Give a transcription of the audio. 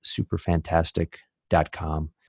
Superfantastic.com